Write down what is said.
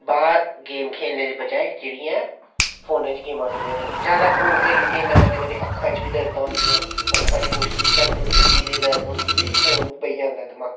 बाहर गेम खेल्लनै दी बजाय जेह्ड़ी ऐ फोनै च गेमां खेल्लने जादै फोन करने कन्नै अक्खां च बी दरदां होंदियां अक्खां दी रोशनी बी घट्ट होंदी ते सिरै ई दरद बी होंदी ते फोन बेही जंदा दमाकै च